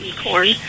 corn